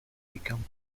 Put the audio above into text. become